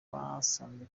basanze